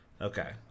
Okay